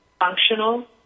functional